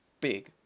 big